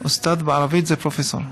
אוסתאד בערבית זה פרופסור.